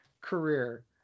career